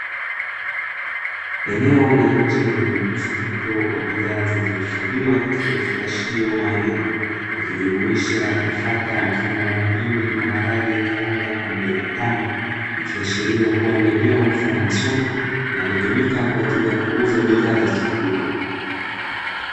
Eneo la nje lenye mkusanyiko wa bidhaa zilizohifadhiwa katika vifungashio maalumu, ikijumuisha nafaka mfano wa mahindi, maharage, karanga pamoja na mtama; ikiashiria kuwa ni eneo mfano wa soko, linalotumika kwa ajili ya kuuza bidhaa za chakula.